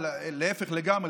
להפך לגמרי,